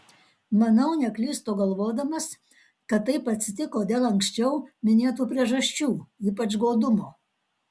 manau neklystu galvodamas kad taip atsitiko dėl anksčiau minėtų priežasčių ypač godumo